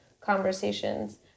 conversations